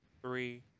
three